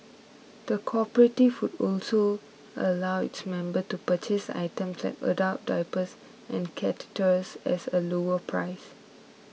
the cooperative would also allow its member to purchase items like adult diapers and catheters as a lower price